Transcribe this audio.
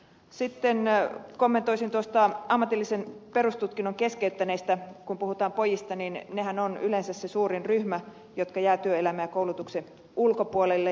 sitten kommentoisin ammatillisen perustutkinnon keskeyttäneisiin liittyen kun puhutaan pojista että hehän ovat yleensä se suurin ryhmä joka jää työelämän ja koulutuksen ulkopuolelle